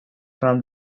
from